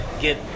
get